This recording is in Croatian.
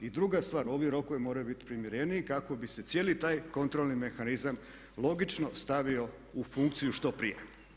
I druga stvar, ovi rokovi moraju bit primjereniji kako bi se cijeli taj kontrolni mehanizam logično stavio u funkciju što prije.